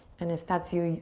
and if that's you,